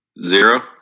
Zero